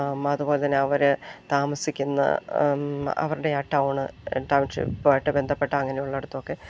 അതു പോലെ തന്നെ അവർ താമസിക്കുന്ന അവരുടെ ആ ടൗൺ ടൗൺഷിപ്പുമായിട്ട് ബന്ധപ്പെട്ട അങ്ങനെയുള്ള അടുത്തൊക്കെ